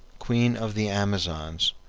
queen of the amazons,